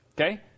Okay